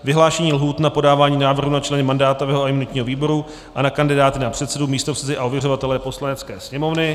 Vyhlášení lhůt na podávání návrhů na členy mandátového a imunitního výboru a na kandidáty na předsedu, místopředsedy a ověřovatele Poslanecké sněmovny